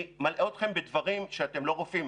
אני מלאה אתכם בדברים ואתם לא רופאים,